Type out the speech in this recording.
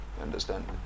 understand